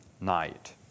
night